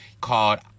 called